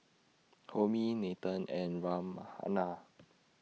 Homi Nathan and Ram